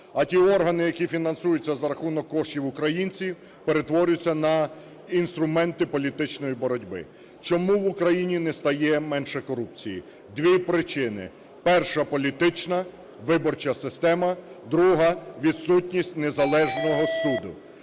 А ті органи, які фінансуються за рахунок коштів українців, перетворюються на інструменти політичної боротьби. Чому в Україні не стає менше корупції? Дві причини. Перша – політична виборча система. Друга – відсутність незалежного суду.